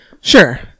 Sure